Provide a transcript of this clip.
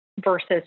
versus